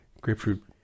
grapefruit